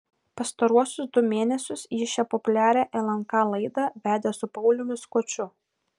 pastaruosius du mėnesius ji šią populiarią lnk laidą vedė su pauliumi skuču